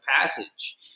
passage